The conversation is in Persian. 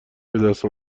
بدست